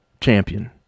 champion